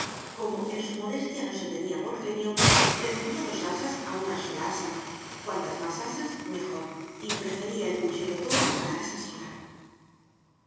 como en su modestia no se tenía por genio prefería dos asas a una asa solacuantas más asas mejory prefería el puchero todo al asa sola